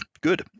Good